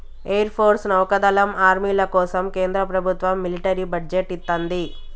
air force, నౌకాదళం, ఆర్మీల కోసం కేంద్ర ప్రభత్వం మిలిటరీ బడ్జెట్ ఇత్తంది